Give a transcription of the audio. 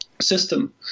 system